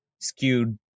skewed